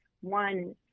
one